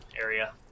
area